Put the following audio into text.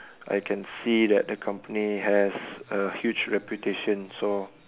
I can see that the company has a huge reputation so